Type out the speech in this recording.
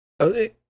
Okay